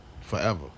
Forever